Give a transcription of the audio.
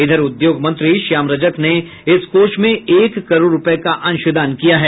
इधर उद्योग मंत्री श्याम रजक ने इस कोष में एक करोड़ रूपये का अशंदान किया है